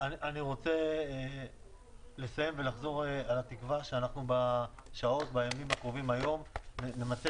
אני רוצה לחזור על התקווה שבימים הקרובים נמצה